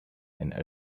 and